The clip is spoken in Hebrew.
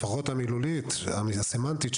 לפחות הסמנטית,